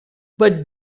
but